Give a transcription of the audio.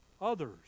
others